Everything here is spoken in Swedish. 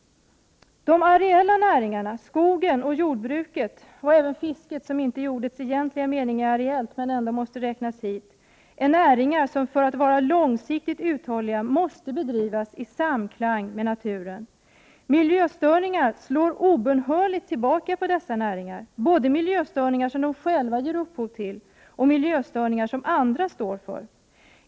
De areella näringarna, skogen och jordbruket och även fisket som inte är areellt i ordets egentliga mening men ändå måste räknas hit, är näringar som för att vara långsiktigt uthålliga måste bedrivas i samklang med naturliga kretslopp. Miljöstörningar slår obönhörligt tillbaka på dessa näringar, både miljöstörningar som de själva ger upphov till och miljöstörningar som andra står för.